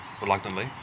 reluctantly